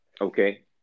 Okay